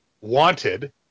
wanted